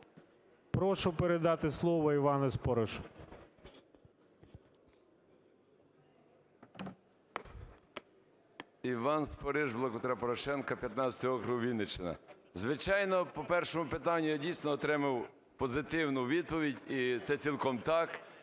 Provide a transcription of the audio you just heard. Прошу передати слово Івану Споришу. 10:47:52 СПОРИШ І.Д. Іван Спориш, "Блок Петра Порошенка", 15 округ, Вінниччина. Звичайно, по першому питанню я, дійсно, отримав позитивну відповідь. І це цілком так,